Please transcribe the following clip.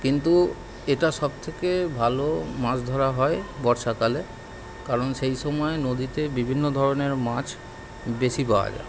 কিন্তু এটা সব থেকে ভালো মাছ ধরা হয় বর্ষাকালে কারণ সেই সময় নদীতে বিভিন্ন ধরনের মাছ বেশি পাওয়া যায়